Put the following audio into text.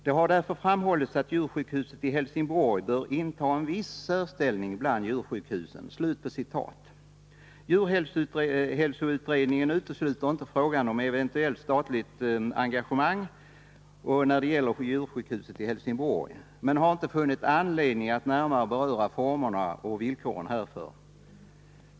Det har därför framhållits att djursjukhuset i Helsingborg bör inta en viss särställning bland djursjukhusen.” Djurhälsoutredningen utesluter inte frågan om eventuellt statligt engagemang när det gäller djursjukhuset i Helsingborg men har inte funnit anledning att närmare beröra formerna och villkoren härför.